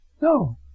No